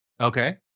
Okay